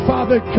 Father